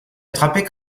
attrapés